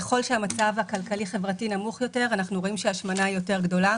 ככל שהמצב הכלכלי-חברתי נמוך יותר אנחנו רואים שההשמנה גדולה יותר,